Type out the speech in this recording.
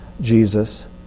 Jesus